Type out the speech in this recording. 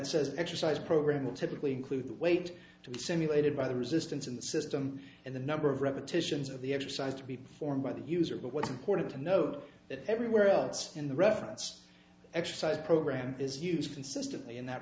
says exercise program will typically include the weight to be simulated by the resistance in the system and the number of repetitions of the exercise to be performed by the user but what's important to note that everywhere else in the reference exercise program is used consistently in that